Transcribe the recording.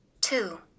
two